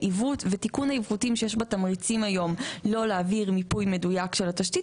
ותיקון העיוותים שיש בתמריצים היום לא להעביר מיפוי מדויק של התשתית,